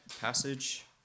passage